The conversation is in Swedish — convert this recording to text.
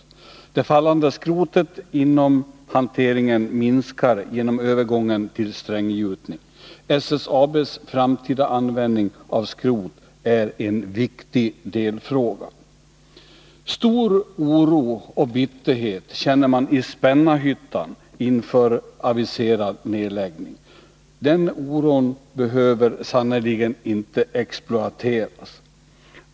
Mängden fallande skrot inom hanteringen minskar genom övergången till stränggjutning. SSAB:s framtida användning av skrot är en viktig delfråga. Stor oro och bitterhet känner man i Spännarhyttan inför den aviserade nedläggningen. Den oron behöver sannerligen inte exploateras.